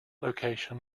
location